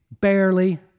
barely